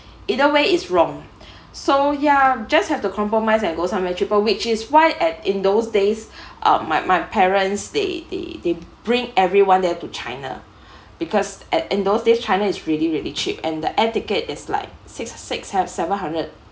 either way is wrong so ya just have to compromise and go somewhere cheaper which is why at in those days um my my parents they they they bring everyone there to china because at in those days china is really really cheap and the air ticket is like six six s~ seven hundred